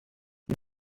you